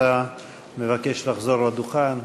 אני מבין שאתה מבקש לחזור לדוכן.